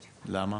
למה?